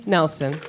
Nelson